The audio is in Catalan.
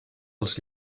els